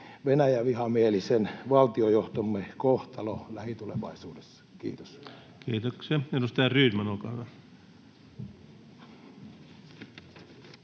Venäjä-vihamielisen valtionjohtomme kohtalo lähitulevaisuudessa? — Kiitos. Kiitoksia. — Edustaja Rydman, olkaa hyvä.